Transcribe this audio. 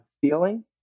feeling